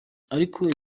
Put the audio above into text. ariko